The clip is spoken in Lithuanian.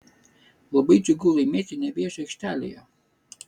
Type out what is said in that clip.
labai džiugu laimėti nevėžio aikštelėje